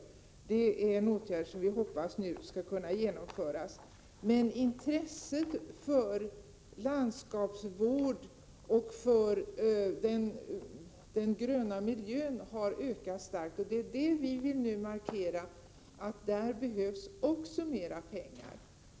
Det är en åtgärd som vi hoppas skall kunna vidtas. Intresset för landskapsvården och den gröna miljön har ökat starkt. Vi vill markera att det behövs mer pengar också för det ändamålet.